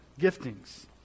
giftings